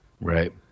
Right